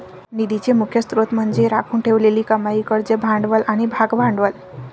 निधीचे मुख्य स्त्रोत म्हणजे राखून ठेवलेली कमाई, कर्ज भांडवल आणि भागभांडवल